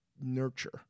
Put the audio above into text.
nurture